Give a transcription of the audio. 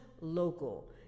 local